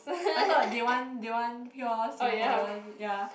I thought they want they want pure Singaporean ya